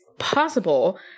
Possible